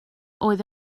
oedd